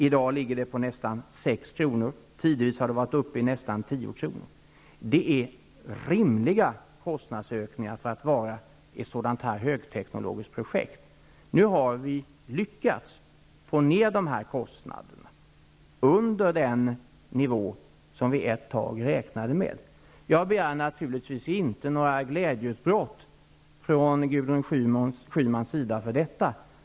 I dag ligger kursen på nästan 6 kr. Tidvis har den varit uppe i nästan 10 kr. Det har varit fråga om rimliga kostnadsökningar med tanke på att det är ett högteknologiskt projekt. Nu har vi lyckats få ned de här kostnaderna under den nivå som vi ett tag räknade med. Jag begär naturligtvis inte några glädjeutbrott från Gudrun Schymans sida för detta.